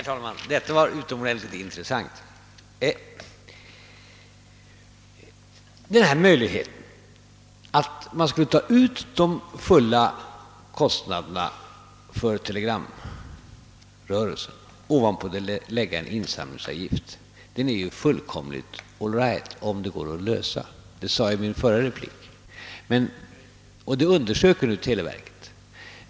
Herr talman! Detta var utomordentligt intressant! Tanken att ta ut hela kostnaden för telegramrörelsen och ovanpå detta lägga en insamlingsavgift är fullkomligt all right om det går att lösa — det sade jag i min förra replik — och televerket håller på att undersöka frågan.